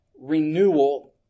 renewal